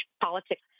politics